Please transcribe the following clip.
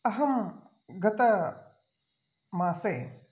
अहम् गतमासे